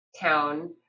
Town